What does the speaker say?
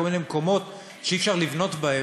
כל מיני מקומות שאי-אפשר לבנות בהם,